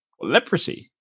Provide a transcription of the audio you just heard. Leprosy